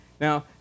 Now